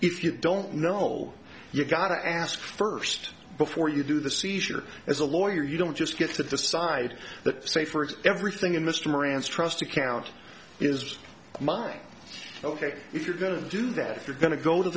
if you don't know you got to ask first before you do the seizure as a lawyer you don't just get to decide that safer it's everything in mr moran's trust account is mine ok if you're going to do that if you're going to go to